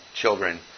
children